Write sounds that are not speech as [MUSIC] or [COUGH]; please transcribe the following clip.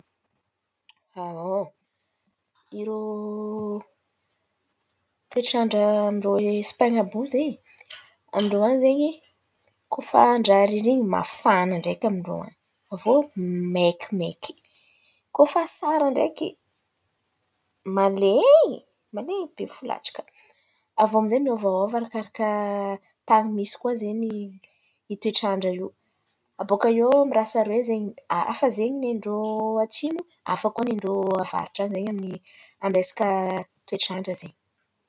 [HESITATION] Irô, toetrandra amindrô Espaina àby iô zen̈y, [NOISE] amindrô any zen̈y, koa fa andra ririn̈iny mafana ndreky amindrô an̈y aviô maikimaiky. Koa fa asara ndreky, malen̈y malen̈y be fo latsaka. Aviô aminjay miôvaôva arakaraka tan̈y misy koa zen̈y toetrandra io. Abôka iô mirasa aroe zen̈y a- hafa zen̈y nindrô atsimo, hafa koa nindrô avaratra zen̈y amy- amy resaka toetrandra zen̈y.